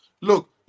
Look